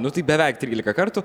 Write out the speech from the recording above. nu tai beveik trylika kartų